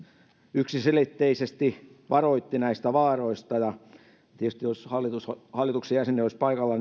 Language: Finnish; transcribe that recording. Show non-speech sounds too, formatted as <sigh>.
yksiselitteisesti varoitti näistä vaaroista ja tietysti jos hallituksen jäseniä olisi paikalla <unintelligible>